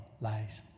lies